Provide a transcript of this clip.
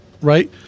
right